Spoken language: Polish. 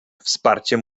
wsparcie